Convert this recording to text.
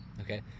Okay